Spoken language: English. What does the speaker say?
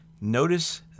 Notice